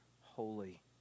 holy